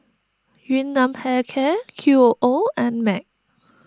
Yun Nam Hair Care Qoo and Mac